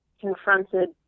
confronted